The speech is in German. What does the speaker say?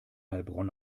heilbronn